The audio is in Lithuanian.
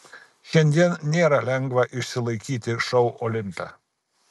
šiandien nėra lengva išsilaikyti šou olimpe